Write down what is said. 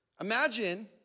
Imagine